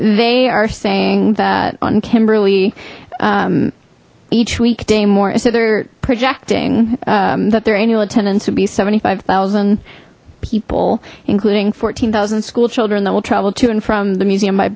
they are saying that on kimberly each weekday more so they're projecting that their annual attendance would be seventy five thousand people including fourteen thousand schoolchildren that will travel to and from the museum